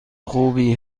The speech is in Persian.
خوبی